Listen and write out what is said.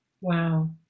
Wow